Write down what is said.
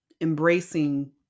embracing